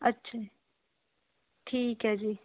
ਅੱਛਾ ਜੀ ਠੀਕ ਹੈ ਜੀ